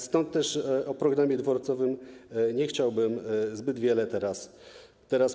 Stąd też o programie dworcowym nie chciałbym zbyt wiele teraz mówić.